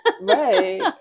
right